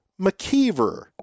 McKeever